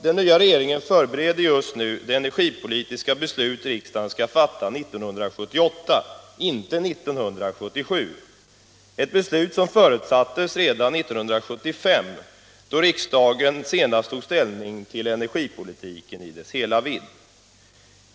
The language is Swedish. Den nya regeringen förbereder just nu det energipolitiska beslut riksdagen skall fatta 1978 — inte 1977 — ett beslut som förutsattes redan 1975, då riksdagen senast tog ställning till energipolitiken i dess hela vidd.